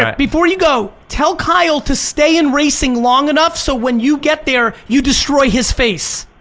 um before you go, tell kyle to stay in racing long enough so when you get there, you destroy his face.